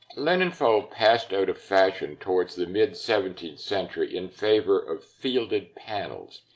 linenfold passed out of fashion towards the mid seventeenth century in favor of fielded panels,